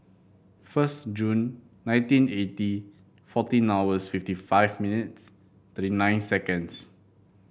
first June nineteen eighty fourteen hours fifty five minutes thirty nine seconds